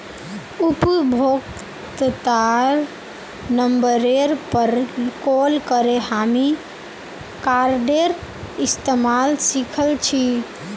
उपभोक्तार नंबरेर पर कॉल करे हामी कार्डेर इस्तमाल सिखल छि